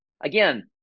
again